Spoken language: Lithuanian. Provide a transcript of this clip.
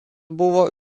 buvo